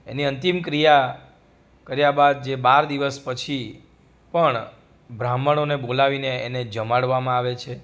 એની અંતિમ ક્રિયા કર્યાં બાદ જે બાર દિવસ પછી પણ બ્રાહ્મણોને બોલાવીને એને જમાડવામાં આવે છે